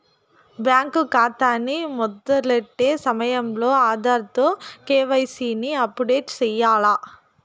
bank కాతాని మొదలెట్టే సమయంలో ఆధార్ తో కేవైసీని అప్పుడేటు సెయ్యాల్ల